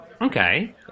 Okay